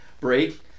break